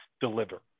deliver